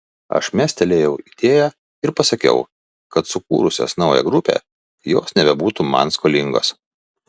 aš mestelėjau idėją ir pasakiau kad sukūrusios naują grupę jos nebebūtų man skolingos